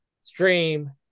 stream